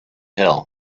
hill